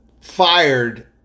fired